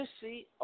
see